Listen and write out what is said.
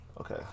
Okay